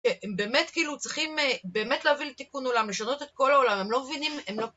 הם באמת כאילו צריכים באמת להביא לתיקון עולם, לשנות את כל העולם, הם לא מבינים, הם לא...